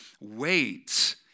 wait